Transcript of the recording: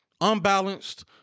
Unbalanced